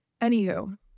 Anywho